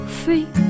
free